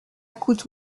coûte